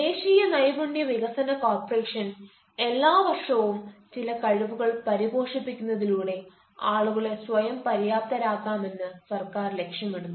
ദേശീയ നൈപുണ്യ വികസന കോർപ്പറേഷൻ എല്ലാ വർഷവും ചില കഴിവുകൾ പരിപോഷിപ്പിക്കുന്നതിലൂടെ ആളുകളെ സ്വയംപര്യാപ്തരാക്കാമെന്ന് സർക്കാർ ലക്ഷ്യമിടുന്നു